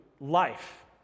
life